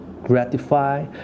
gratify